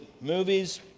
movies